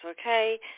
okay